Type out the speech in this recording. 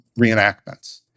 reenactments